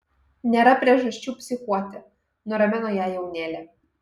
nėra priežasčių psichuoti nuramino ją jaunėlė